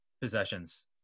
possessions